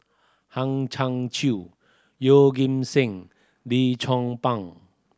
Hang Chang Chieh Yeoh Ghim Seng Lim Chong Pang